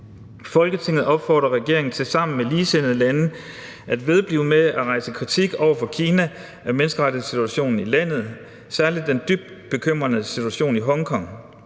Folketinget opfordrer regeringen til sammen med ligesindede lande at vedblive med at rejse kritik over for Kina af menneskerettighedssituationen i landet, særligt den dybt bekymrende situation i Hongkong.